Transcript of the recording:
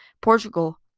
Portugal